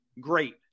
Great